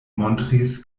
montris